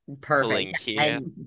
Perfect